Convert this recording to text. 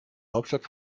hauptstadt